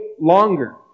longer